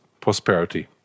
prosperity